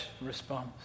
response